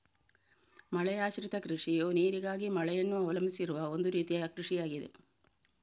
ಮಳೆಯಾಶ್ರಿತ ಕೃಷಿಯು ನೀರಿಗಾಗಿ ಮಳೆಯನ್ನು ಅವಲಂಬಿಸಿರುವ ಒಂದು ರೀತಿಯ ಕೃಷಿಯಾಗಿದೆ